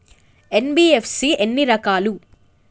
NBFC ఎన్ని రకాలు?